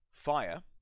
Fire